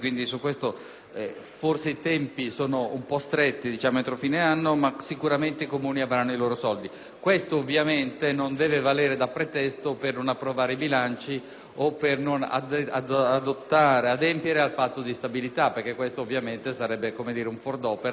Questo ovviamente non deve valere da pretesto per non approvare i bilanci o per non adempiere al Patto di stabilita, perche´ ovviamente sarebbe un fuor d’opera rispetto a questo lavoro che stiamo facendo per salvaguardare gli interessi di tutti.